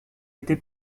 été